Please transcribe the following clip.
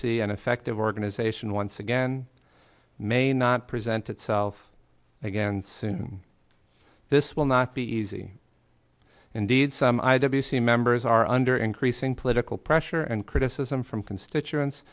c an effective station once again may not present itself again soon this will not be easy indeed some i w c members are under increasing political pressure and criticism from constituents